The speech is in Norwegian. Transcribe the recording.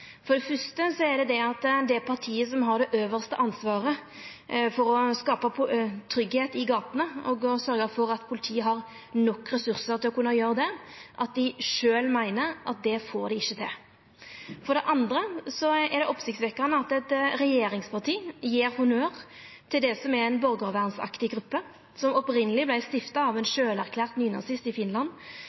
For det fyrste er det det med at det partiet som har det øvste ansvaret for å skapa tryggleik i gatene og å sørgja for at politiet har nok ressursar til å kunna gjera det, sjølv meiner at dei ikkje får det til. For det andre er det oppsiktsvekkjande at eit regjeringsparti gjev honnør til det som er ei borgarvernsaktig gruppe, som opphavleg vart stifta av ein sjølverklært nynazist i